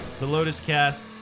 TheLotusCast